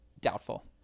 doubtful